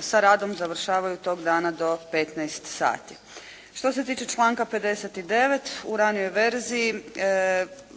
sa radom završavaju tog dana do 15 sati. Što se tiče članka 59. u ranijoj verziji